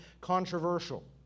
controversial